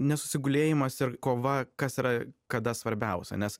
nesusigulėjimas ir kova kas yra kada svarbiausia nes